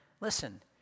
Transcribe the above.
Listen